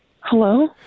Hello